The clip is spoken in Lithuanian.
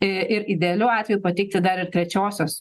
i ir idealiu atveju pateikti dar ir trečiosios